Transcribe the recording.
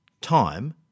time